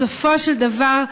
בסופו של דבר,